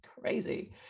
crazy